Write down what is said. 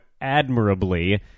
Admirably